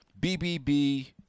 BBB